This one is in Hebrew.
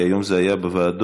כי היום זה היה בוועדות?